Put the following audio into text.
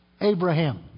Abraham